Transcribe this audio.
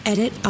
Edit